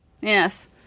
yes